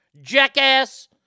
jackass